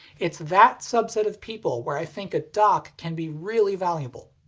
it's that subset of people where i think a dock can be really valuable.